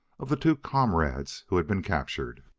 of the two comrades who had been captured.